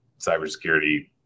cybersecurity